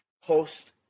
host